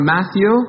Matthew